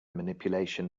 manipulation